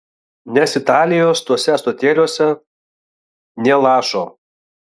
nes italijos tuose ąsotėliuose nė lašo